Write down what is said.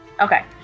Okay